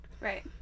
Right